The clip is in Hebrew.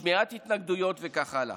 שמיעת התנגדויות וכך הלאה.